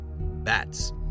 Bats